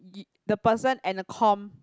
you the person and the com